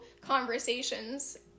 conversations